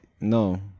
No